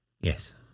Yes